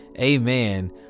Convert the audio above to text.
amen